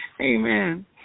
Amen